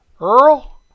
Earl